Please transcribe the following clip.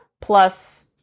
plus